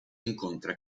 incontra